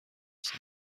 زدم